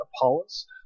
Apollos